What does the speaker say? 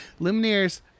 Lumineers